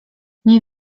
nie